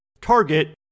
target